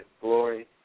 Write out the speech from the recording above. glory